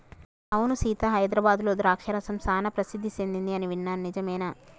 అవును సీత హైదరాబాద్లో ద్రాక్ష రసం సానా ప్రసిద్ధి సెదింది అని విన్నాను నిజమేనా